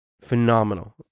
phenomenal